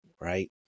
right